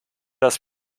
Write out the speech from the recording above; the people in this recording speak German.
das